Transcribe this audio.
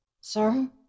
Sir